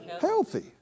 Healthy